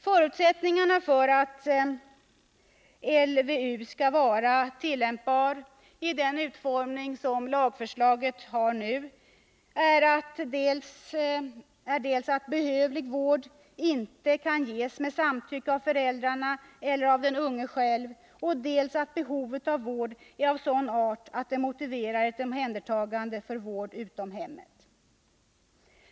Förutsättningarna för att LVU skall vara tillämpbar, i den utformning som lagförslaget har nu, är dels att behövlig vård inte kan ges med samtycke av föräldrarna eller av den unge själv, dels att behovet av vård är av sådan art att det motiverar ett omhändertagande för vård utom hemmet.